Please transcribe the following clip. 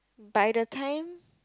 by the time